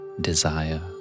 desire